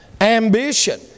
Ambition